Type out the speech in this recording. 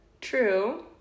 True